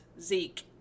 Zeke